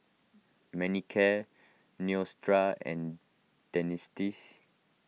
Manicare and